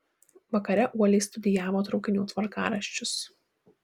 vakare uoliai studijavo traukinių tvarkaraščius